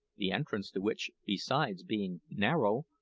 the entrance to which, besides being narrow,